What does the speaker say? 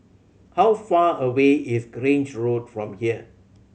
how far away is Grange Road from here